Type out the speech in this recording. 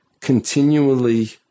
continually